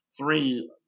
three